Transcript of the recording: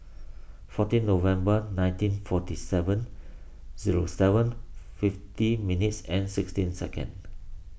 fourteen November nineteen forty seven zero seven fifty minutes and sixteen second